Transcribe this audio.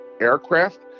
aircraft